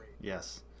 Yes